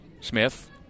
Smith